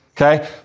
Okay